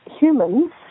humans